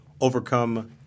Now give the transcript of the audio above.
overcome